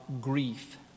grief